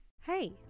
Hey